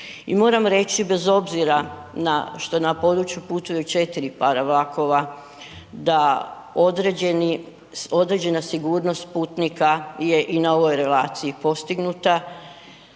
I moram reći bez obzira na, što je na području putuju 4 para vlakova da određeni, određena sigurnost putnika je i na ovoj relaciji postignuta